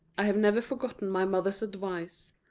i have never forgotten my mother's advice.